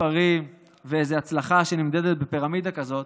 מספרים ואיזו הצלחה שנמדדת בפירמידה כזאת,